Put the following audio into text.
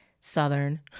Southern